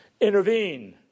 intervene